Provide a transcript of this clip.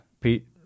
Pete